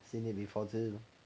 十年 before 是